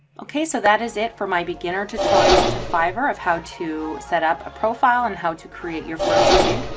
okay, so that is it for my beginner tutorial to fiverr of how to set up a profile and how to create your first gig.